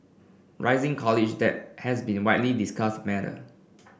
rising college debt has been widely discussed matter